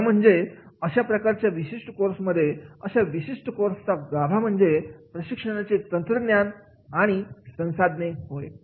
खरं म्हणजे अशा प्रकारच्या विशिष्ट कोर्समध्ये अशा विशिष्ट कोर्सचा गाभा म्हणजे प्रशिक्षणाचे तंत्रज्ञान आणि संसाधने होय